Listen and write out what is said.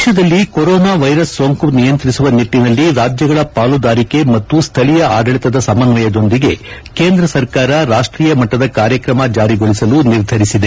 ದೇಶದಲ್ಲಿ coronavirus ಸೋಂಕು ನಿಯಂತ್ರಿಸುವ ನಿಟ್ಟಿನಲ್ಲಿ ರಾಜ್ಯಗಳ ಪಾಲುದಾರಿಕೆ ಮತ್ತು ಸ್ಥಳೀಯ ಆಡಳಿತದ ಸಮನ್ವಯದೊಂದಿಗೆ ಕೇಂದ್ರ ಸರ್ಕಾರ ರಾಷ್ಟೀಯ ಮಟ್ಟದ ಕಾರ್ಯಕ್ರಮ ಜಾರಿಗೊಳಿಸಲು ನಿರ್ಧರಿಸಿದೆ